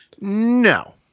No